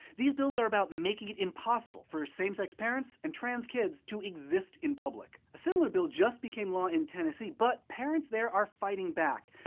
these bills are about making it impossible for same-sex parents and trans kids to exist in public. a similar bill just became law in tennesse, but parents there are fighting back.